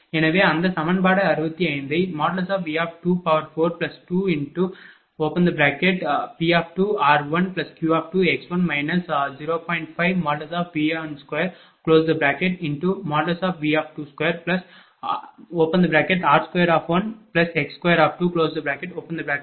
எனவே அந்த சமன்பாடு 65 ஐ V42P2r1Q2x1 0